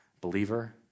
Believer